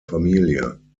familie